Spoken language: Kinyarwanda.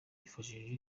wifashishije